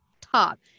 top